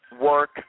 work